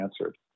answered